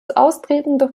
austretende